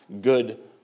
good